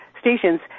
stations